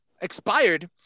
Expired